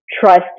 trust